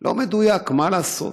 לא מדויק, מה לעשות.